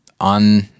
on